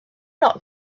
not